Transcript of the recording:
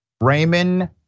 Raymond